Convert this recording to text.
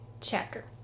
chapter